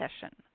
session